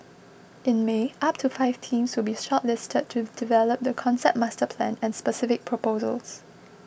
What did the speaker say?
in May up to five teams will be shortlisted to develop the concept master plan and specific proposals